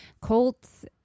colts